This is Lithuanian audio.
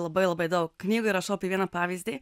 labai labai daug knygoj rašau apie vieną pavyzdį